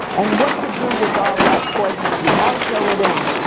and what to do with all that poignancy, how shall it end?